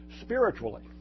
spiritually